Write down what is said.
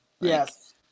Yes